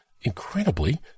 incredibly